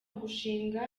gushinga